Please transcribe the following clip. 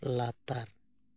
ᱞᱟᱛᱟᱨ